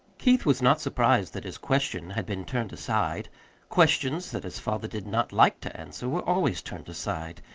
keith was not surprised that his question had been turned aside questions that his father did not like to answer were always turned aside.